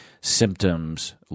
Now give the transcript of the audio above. symptoms